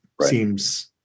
seems